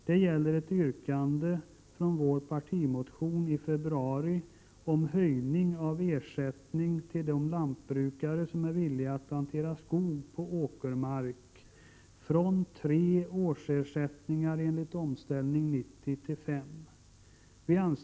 Det gäller ett yrkande från vår partimotion i februari om höjning av ersättningen till de lantbrukare som är villiga att plantera skog på åkermark från, enligt Omställning 90, tre års till fem års trädesersättning.